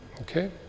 Okay